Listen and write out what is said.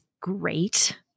great